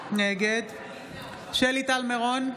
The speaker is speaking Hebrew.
נגד שלי טל מירון,